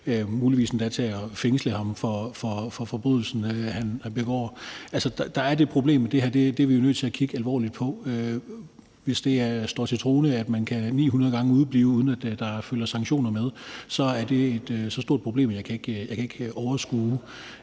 muligvis endda fængsle ham for forbrydelsen, som han begår. Altså, der er det problem, og det her er vi jo nødt til at kigge alvorligt på. Hvis det står til troende, at man kan udeblive 900 gange, uden at der følger sanktioner med, så er det så stort et problem, at jeg ikke kan overskue